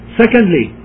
secondly